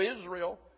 Israel